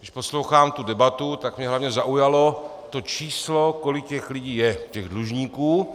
Když poslouchám tu debatu, tak mě hlavně zaujalo to číslo, kolik těch lidí je, těch dlužníků.